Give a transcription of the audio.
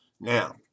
Now